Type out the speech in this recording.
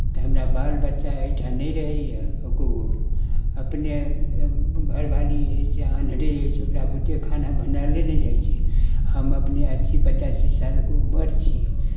तऽ हमरा बाल बच्चा एहिठाँ नहि रहैए एको गो अपने घरवाली अछि से आन्हरे अछि ओकरा बुते खाना बनाएले नहि जाइ छै हम अपने अस्सी पचासी सालके उमर छी